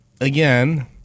again